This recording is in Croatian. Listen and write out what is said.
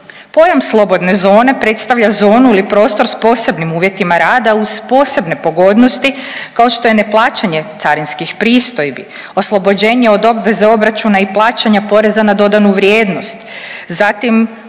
Pojam slobodne zone predstavlja zonu ili prostor s posebnim uvjetima rada uz posebne pogodnosti kao što je neplaćanje carinskih pristojbi, oslobođenje od obveze obračuna i plaćanja poreza na dodanu vrijednost. Zatim